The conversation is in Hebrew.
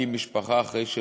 להקים משפחה אחרי שבעלה,